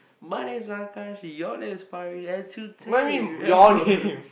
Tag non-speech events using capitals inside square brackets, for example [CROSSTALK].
my name is Akash your name is Parish and today we are from [LAUGHS]